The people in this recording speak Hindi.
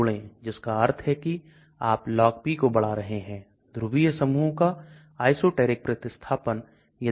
इसलिए जैसे ही LogP बढ़ता है मैंने कहा यह बहुत ही हाइड्रोफोबिक हो जाता है